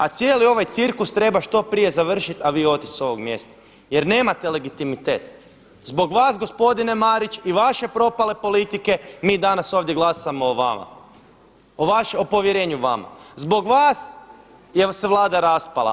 A cijeli ovaj cirkus treba što prije završiti, a vi odite s ovog mjesta jer nemate legitimitet, zbog vas gospodine Marić i vaše propale politike mi danas ovdje glasamo o vama, o povjerenju vama zbog vas se je Vlada raspala.